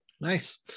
Nice